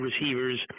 receivers